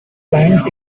lines